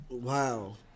Wow